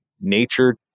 nature